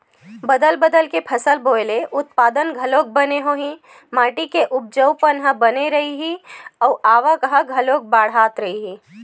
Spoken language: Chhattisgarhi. बदल बदल के फसल बोए ले उत्पादन घलोक बने होही, माटी के उपजऊपन ह बने रइही अउ आवक ह घलोक बड़ाथ रहीथे